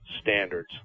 standards